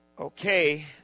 Okay